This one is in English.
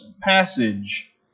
passage